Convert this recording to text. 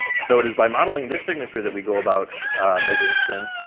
so it is by modeling this signature that we go about measuring spin,